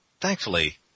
thankfully